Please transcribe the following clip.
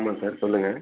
ஆமாம் சார் சொல்லுங்கள்